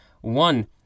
One